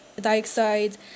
dioxide